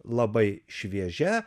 labai šviežia